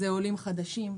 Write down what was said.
זה עולים חדשים,